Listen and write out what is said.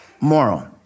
moral